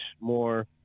more